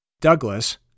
Douglas